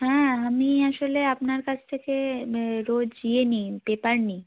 হ্যাঁ আমি আসলে আপনার কাছ থেকে রোজ ইয়ে নিই পেপার নিই